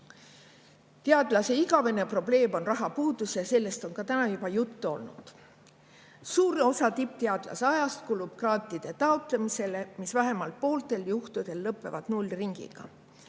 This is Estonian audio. jõuagi. Teadlase igavene probleem on rahapuudus ja sellest on täna juba juttu olnud. Suur osa tippteadlase ajast kulub grantide taotlemisele, mis vähemalt pooltel juhtudel lõpeb nullringiga.